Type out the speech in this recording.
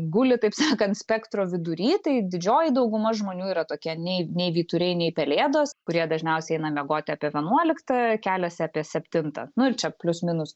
guli taip sakant spektro vidury tai didžioji dauguma žmonių yra tokie nei nei vyturiai nei pelėdos kurie dažniausiai eina miegot apie vienuoliktą keliasi apie septintą nu ir čia plius minus